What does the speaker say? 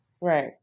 right